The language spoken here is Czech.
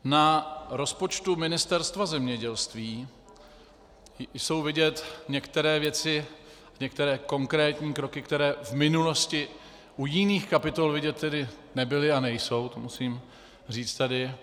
Na rozpočtu Ministerstva zemědělství jsou vidět některé věci, některé konkrétní kroky, které v minulosti u jiných kapitol vidět tedy nebyly a nejsou, to musím tady říci.